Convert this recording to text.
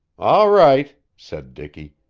all right, said dicky.